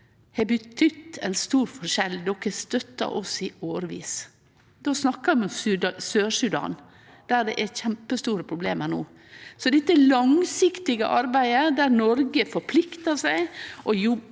har betydd ein stor forskjell, de har støtta oss i årevis. Då snakkar vi om Sør-Sudan, der det er kjempestore problem no. Det langsiktige arbeidet der Noreg forpliktar seg og jobbar